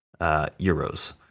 euros